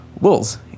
Wolves